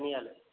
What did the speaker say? ధనియాలు